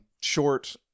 short